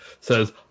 says